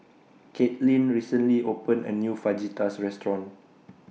Kaitlin recently opened A New Fajitas Restaurant